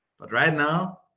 but right now,